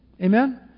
Amen